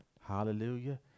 Hallelujah